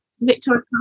Victoria